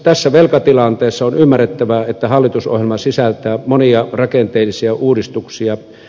tässä velkatilanteessa on ymmärrettävää että hallitusohjelma sisältää monia rakenteellisia uudistuksia